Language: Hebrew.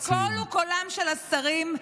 הקול הוא קולם של השרים,